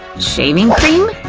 shaving cream?